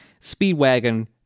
Speedwagon